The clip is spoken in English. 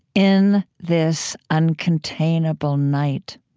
in this uncontainable night,